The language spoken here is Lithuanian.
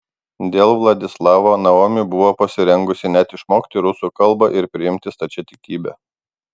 dėl vladislavo naomi buvo pasirengusi net išmokti rusų kalbą ir priimti stačiatikybę